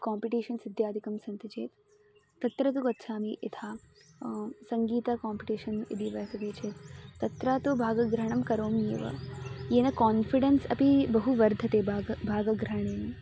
competitions इत्यादिकं सन्ति चेत् तत्र तु गच्छामि यथा सङ्गीतं काम्पिटेषन् यदि वर्तते चेत् तत्र तु भागग्रहणं करोमि एव येन कान्फ़िडेन्स् अपि बहु वर्धते भागं भागग्रहणेन